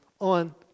on